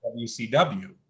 WCW